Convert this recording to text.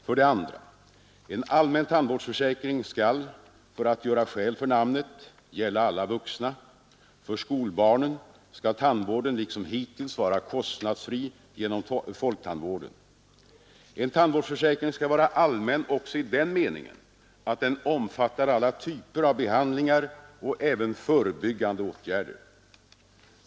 För det andra: En allmän tandvårdsförsäkring skall, för att göra skäl för namnet, gälla alla vuxna — för skolbarnen skall tandvården liksom hittills vara kostnadsfri genom folktandvården. En tandvårdsförsäkring skall vara allmän också i den meningen att den omfattar alla typer av behandlingar och även förebyggande åtgärder.